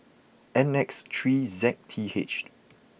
N X three Z T H